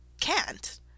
Can't